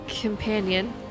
companion